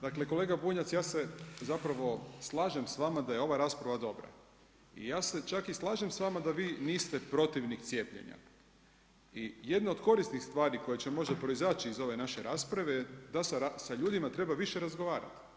Dakle kolega Bunjac, ja se zapravo slažem s vama da je ova rasprava dobra i ja se čak i slažem s vama da vi niste protivnik cijepljenja i jedno od korisnih stvari koje će možda proizaći iz ove naše rasprave, da sa ljudima treba više razgovarati.